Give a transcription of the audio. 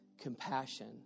compassion